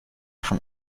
von